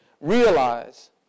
Realize